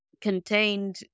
contained